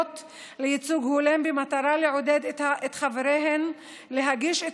לייצוג הולם במטרה לעודד את חבריהן להגיש את